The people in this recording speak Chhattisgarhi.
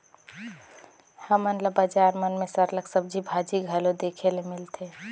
हमन ल बजार मन में सरलग सब्जी भाजी घलो देखे ले मिलथे